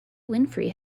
winfrey